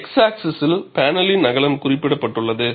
X ஆக்ஸிஸில் பேனலின் அகலம் குறிப்பிடப்பட்டுள்ளது